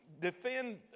defend